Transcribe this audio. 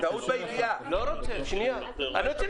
זה הדבר היחידי, שעומדים סטודנטים ערבים, סליחה,